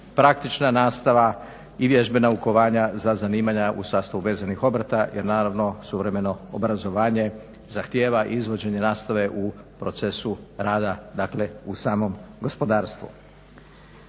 praktična nastava i vježbe naukovanja za zanimanja u sastavu vezanih obrta jer naravno suvremeno obrazovanje zahtjeva izvođenje nastave u procesu rada dakle u samom gospodarstvu.